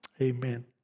Amen